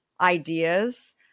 ideas